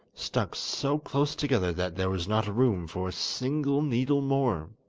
stuck so close together that there was not room for a single needle more.